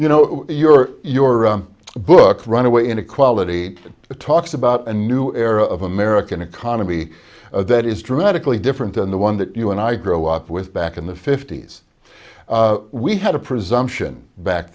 you know your your book runaway inequality talks about a new era of american economy that is dramatically different than the one that you and i grow up with back in the fifty's we had a presumption back